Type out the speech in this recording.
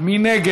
אם כן,